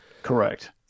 correct